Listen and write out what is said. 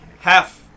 Half